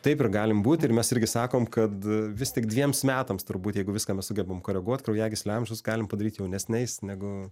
taip ir galim būt ir mes irgi sakom kad vis tik dviems metams turbūt jeigu viską mes sugebam koreguot kraujagyslių amžius galim padaryt jaunesniais negu